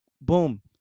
boom